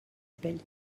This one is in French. pelt